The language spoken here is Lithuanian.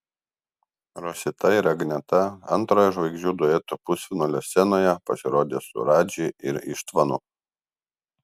rosita ir agneta antrojo žvaigždžių duetų pusfinalio scenoje pasirodys su radži ir ištvanu